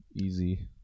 Easy